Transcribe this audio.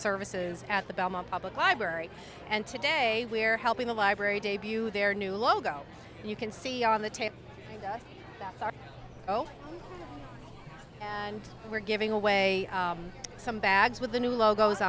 services at the belmont public library and today we're helping the library debut their new logo and you can see on the tape that oh and we're giving away some bags with the new logos